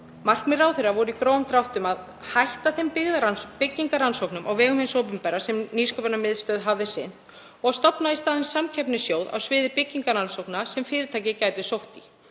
Markmið ráðherra voru í grófum dráttum að hætta þeim byggingarrannsóknum á vegum hins opinbera sem Nýsköpunarmiðstöð hafði sinnt og stofna í staðinn samkeppnissjóð á sviði byggingarrannsókna sem fyrirtæki gætu sótt í,